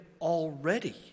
already